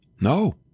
no